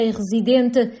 residente